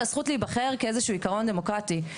הזכות להיבחר כאיזה שהוא עיקרון דמוקרטי.